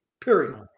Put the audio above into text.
period